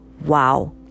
Wow